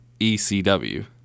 ECW